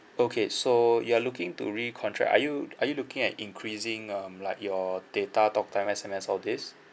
okay so you are looking to recontract are you are you looking at increasing um like your data talk time S_M_S all these